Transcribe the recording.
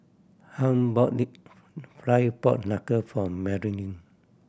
Hunt bought deep fry pork knuckle for Marylin